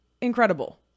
incredible